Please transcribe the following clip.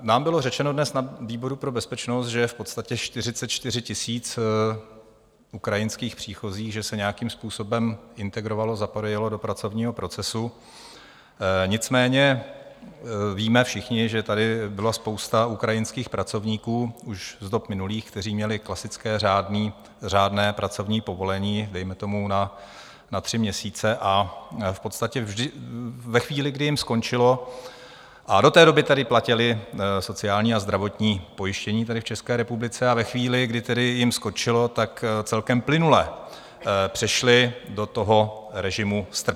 Nám bylo řečeno dnes na výboru pro bezpečnost, že je v podstatě 44 000 ukrajinských příchozích, že se nějakým způsobem integrovalo, zapojilo do pracovního procesu, nicméně víme všichni, že tady byla spousta ukrajinských pracovníků už z dob minulých, kteří měli klasické, řádné pracovní povolení, dejme tomu na tři měsíce, a v podstatě vždy ve chvíli, kdy jim skončilo a do té doby tady platili sociální a zdravotní pojištění v České republice a ve chvíli, kdy tedy jim skončilo, celkem plynule přešli do režimu strpění.